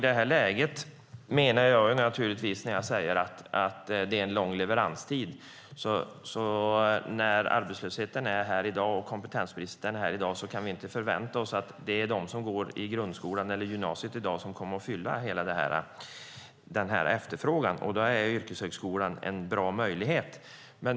Det är detta jag menar när jag säger att det i detta läge är en lång leveranstid. När arbetslösheten och kompetensbristen är här i dag kan vi inte förvänta oss att det är de som i dag går i grundskolan eller gymnasiet som kommer att fylla hela efterfrågan. Då är yrkeshögskolan en bra möjlighet.